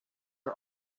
are